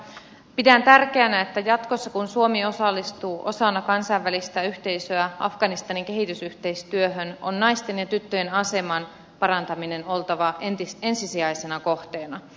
pidän tärkeänä että kun jatkossa suomi osallistuu osana kansainvälistä yhteisöä afganistanin kehitysyhteistyöhön on naisten ja tyttöjen aseman parantamisen oltava ensisijaisena kohteena